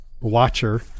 watcher